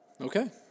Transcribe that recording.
Okay